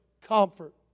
comfort